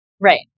Right